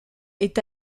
est